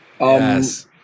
Yes